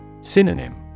Synonym